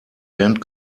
band